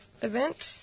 event